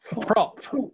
prop